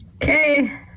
Okay